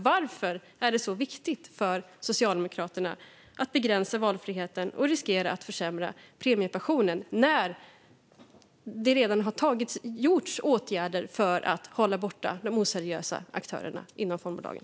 Varför är det så viktigt för Socialdemokraterna att begränsa valfriheten och riskera att försämra premiepensionen när det redan har gjorts åtgärder för att hålla borta de oseriösa aktörerna inom fondbolagen?